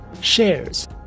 shares